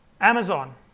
Amazon